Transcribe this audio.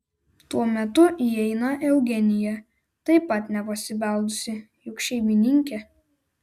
tuo metu įeina eugenija taip pat nepasibeldusi juk šeimininkė